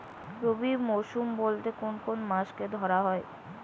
রবি মরশুম বলতে কোন কোন মাসকে ধরা হয়?